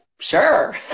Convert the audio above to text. sure